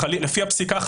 לפי הפסיקה,